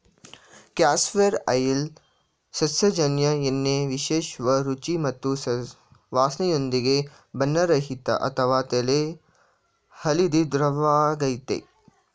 castor oil ಸಸ್ಯಜನ್ಯ ಎಣ್ಣೆ ವಿಶಿಷ್ಟ ರುಚಿ ಮತ್ತು ವಾಸ್ನೆಯೊಂದಿಗೆ ಬಣ್ಣರಹಿತ ಅಥವಾ ತೆಳು ಹಳದಿ ದ್ರವವಾಗಯ್ತೆ